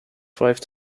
five